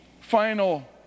final